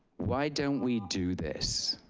why don't we do this?